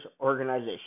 organization